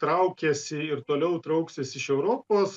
traukiasi ir toliau trauksis iš europos